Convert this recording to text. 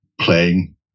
playing